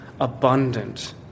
abundant